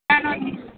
ನಾನು